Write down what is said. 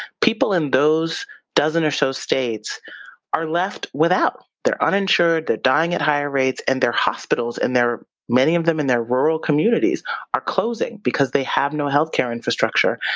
people in those dozen or so states are left without. they're uninsured, they're dying at higher rates and their hospitals, and many of them in their rural communities are closing because they have no healthcare infrastructure.